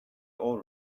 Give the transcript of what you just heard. all